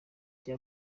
rya